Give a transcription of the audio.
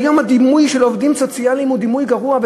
היום הדימוי של העובדים הסוציאליים הוא דימוי גרוע,